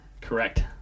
Correct